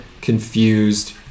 confused